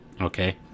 Okay